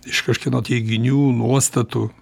iš kažkieno teiginių nuostatų